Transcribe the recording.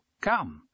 Come